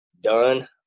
done